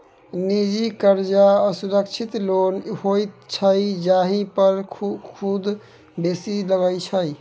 निजी करजा असुरक्षित लोन होइत छै जाहि पर सुद बेसी लगै छै